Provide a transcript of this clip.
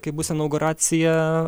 kai bus inauguracija